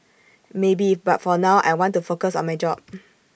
maybe but for now I want to focus on my job